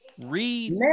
read